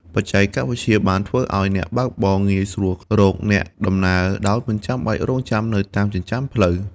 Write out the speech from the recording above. បច្ចេកវិទ្យាបានធ្វើឱ្យអ្នកបើកបរងាយស្រួលរកអ្នកដំណើរដោយមិនចាំបាច់រង់ចាំនៅតាមចិញ្ចើមផ្លូវ។